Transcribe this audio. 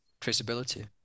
traceability